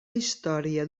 història